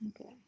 Okay